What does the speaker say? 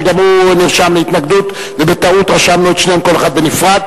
שגם הוא נרשם להתנגדות ובטעות רשמנו את שניהם כל אחד בנפרד.